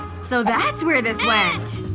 so that's where this went.